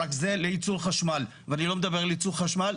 אבל זה לייצור חשמל ואני לא מדבר על ייצור חשמל,